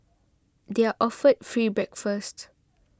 they are offered free breakfast